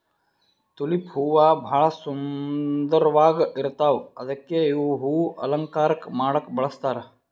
tulip ಹೂವಾ ಭಾಳ್ ಸುಂದರ್ವಾಗ್ ಇರ್ತವ್ ಅದಕ್ಕೆ ಇವ್ ಹೂವಾ ಅಲಂಕಾರ್ ಮಾಡಕ್ಕ್ ಬಳಸ್ತಾರ್